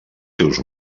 seus